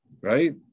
right